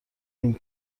این